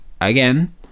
again